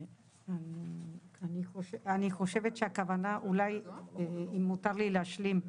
אני חושבת שהכוונה אולי, אם מותר לי להשלים,